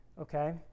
okay